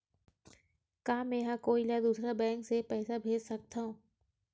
का मेंहा कोई ला दूसर बैंक से पैसा भेज सकथव?